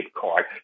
card